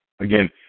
Again